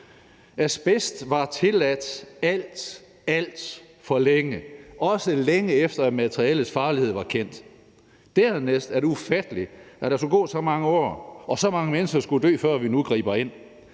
Asbest var tilladt alt, alt for længe, også længe efter at materialets farlighed var kendt. Dernæst er det ufatteligt, at der skulle gå så mange år, og at så mange mennesker skulle dø, før vi nu griber ind.